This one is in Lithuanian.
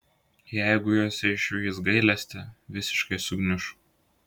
jeigu jose išvys gailestį visiškai sugniuš